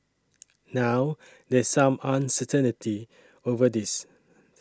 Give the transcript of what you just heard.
now there's some uncertainty over this